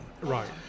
Right